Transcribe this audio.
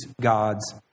God's